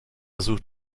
sucht